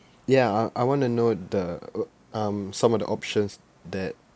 ya I I want to know the uh um some of the options that